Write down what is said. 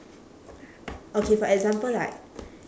okay for example like